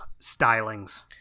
stylings